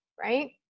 right